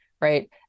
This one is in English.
right